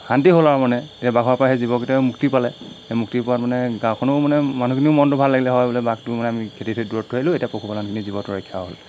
শান্তি হ'ল আৰু মানে এতিয়া বাঘৰপৰা সেই জীৱকেইটায়ো মুক্তি পালে মুক্তি পোৱাত মানে গাঁওখনো মানে মানুহখিনিও মনটো ভাল লাগিলে হয় বোলে বাঘটো মানে আমি খেদি থৈ দূৰত থৈ আহিলোঁ এতিয়া পশু মানুহখিনি জীৱটো ৰক্ষা হ'ল